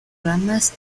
ramas